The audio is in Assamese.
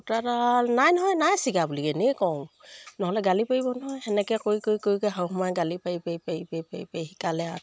সূতাডাল নাই নহয় নাই চিগা বুলি এনে কওঁ নহ'লে গালি পাৰিব নহয় তেনেকৈ কৰি কৰি কৰি কৰি শাহুমাই গালি পাৰি পাৰি পাৰি পাৰি পাৰি পাৰি শিকালে আৰু তাঁত